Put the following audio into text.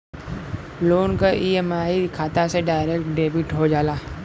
loan क EMI खाता से डायरेक्ट डेबिट हो जाला